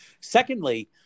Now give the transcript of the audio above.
Secondly